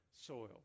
soil